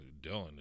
Dylan